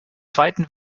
zweiten